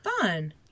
fun